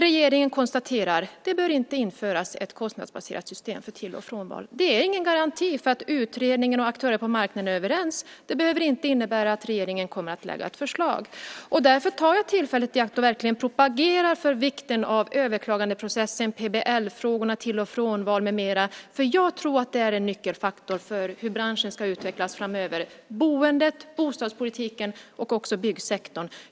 Regeringen konstaterar att det inte bör införas ett kostnadsbaserat system för till och frånval. Det är ingen garanti att utredningen och aktörerna på marknaden är överens. Det behöver inte innebära att regeringen kommer att lägga fram ett förslag. Därför tar jag tillfället i akt att verkligen propagera för vikten av överklagandeprocessen, PBL-frågorna, till och frånval med mera. Jag tror att de är nyckelfaktorer för hur branschen ska utvecklas framöver, det vill säga boendet, bostadspolitiken och också byggsektorn.